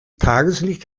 tageslicht